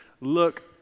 look